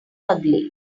ugly